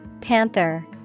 Panther